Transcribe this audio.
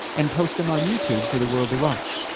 and post them on youtube for the world to watch.